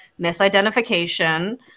misidentification